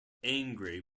angry